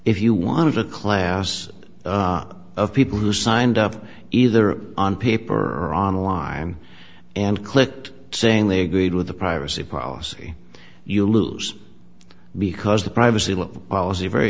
if you want a class of people who signed up either on paper or online and clicked saying they agreed with the privacy policy you lose because the privacy law policy very